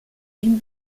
ihm